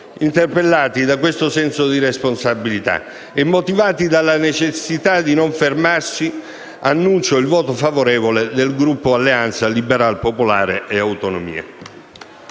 Interpellati da questo senso di responsabilità e motivati dalla necessità di non fermarsi, annuncio il voto favorevole del Gruppo Alleanza Liberalpopolare e Autonomie.